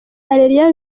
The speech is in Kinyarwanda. areruya